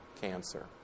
cancer